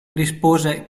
rispose